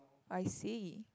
I see